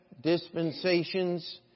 Dispensations